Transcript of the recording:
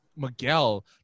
Miguel